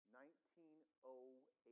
1908